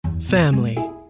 Family